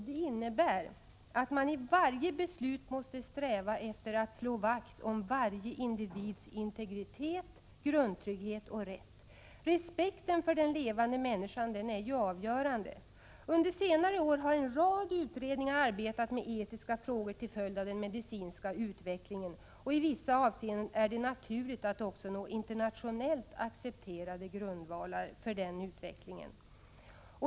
Det innebär att man i varje beslut måste sträva efter att slå vakt om varje individs integritet, grundtrygghet och rättigheter. Respekten för den levande människan är avgörande. Under senare år har en rad utredningar arbetat med etiska frågor som uppkommit till följd av den medicinska utvecklingen. I vissa avseenden är det naturligt att försöka komma fram till internationellt accepterade grundvalar för den utvecklingen.